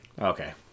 Okay